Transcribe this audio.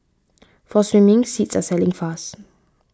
for swimming seats are selling fast